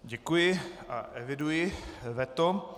Děkuji a eviduji veto.